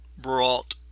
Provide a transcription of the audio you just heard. brought